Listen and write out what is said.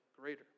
greater